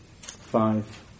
five